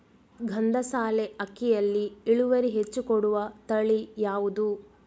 ಗಂಧಸಾಲೆ ಅಕ್ಕಿಯಲ್ಲಿ ಇಳುವರಿ ಹೆಚ್ಚು ಕೊಡುವ ತಳಿ ಯಾವುದು?